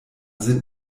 sind